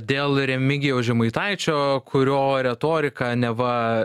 dėl remigijaus žemaitaičio kurio retorika neva